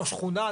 לא שכונה,